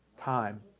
Time